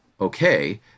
okay